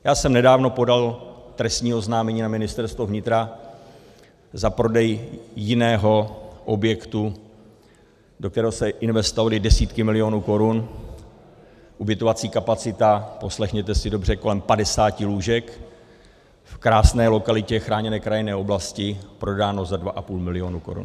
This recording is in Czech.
Já jsem nedávno podal trestní oznámení na Ministerstvo vnitra za prodej jiného objektu, do kterého se investovaly desítky milionů korun, ubytovací kapacita, poslechněte si dobře, kolem 50 lůžek v krásné lokalitě chráněné krajinné oblasti, prodáno za 2,5 milionu korun.